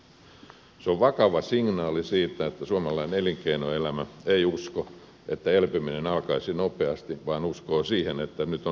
se on vakava signaali siitä että suomalainen elinkeinoelämä ei usko että elpyminen alkaisi nopeasti vaan uskoo siihen että nyt on selviytymisestä kyse